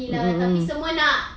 mm mm mm